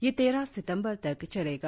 यह तेरह सितंबर तक चलेगा